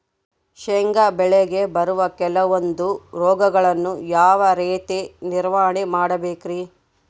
ಶೇಂಗಾ ಬೆಳೆಗೆ ಬರುವ ಕೆಲವೊಂದು ರೋಗಗಳನ್ನು ಯಾವ ರೇತಿ ನಿರ್ವಹಣೆ ಮಾಡಬೇಕ್ರಿ?